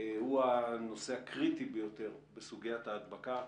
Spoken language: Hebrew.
הם הנושא הקריטי ביותר בסוגיית הדבקה,